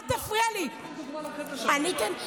בואי תיתני דוגמה, אל תפריע לי.